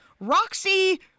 Roxy